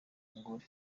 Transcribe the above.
mugore